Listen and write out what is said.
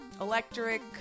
electric